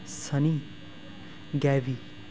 Sunny ਗੈਵੀ